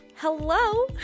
Hello